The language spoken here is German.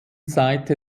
seite